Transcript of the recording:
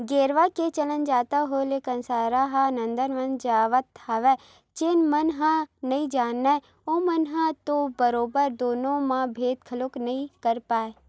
गेरवा के चलन जादा होय ले कांसरा ह अब नंदावत जावत हवय जेन मन ह जानय नइ ओमन ह तो बरोबर दुनो म भेंद घलोक नइ कर पाय